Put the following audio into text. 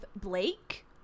Blake